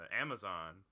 Amazon